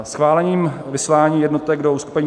Schválením vyslání jednotek do uskupení